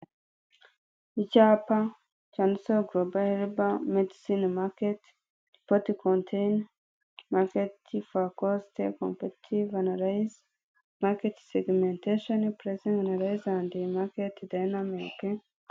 Icyapa cyanditseho Global Herbal medicine Market, report contains market forecast, competitive analysis, Market segmentation, pricing analysis and Market Dynamic...